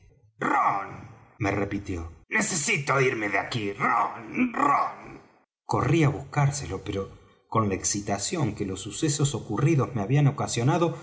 rom me repitió necesito irme de aquí rom rom corrí á buscárselo pero con la excitación que los sucesos ocurridos me habían ocasionado